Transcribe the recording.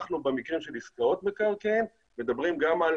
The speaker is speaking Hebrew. במקרים של עסקאות מקרקעין, אנחנו מדברים גם על